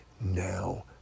now